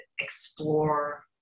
explore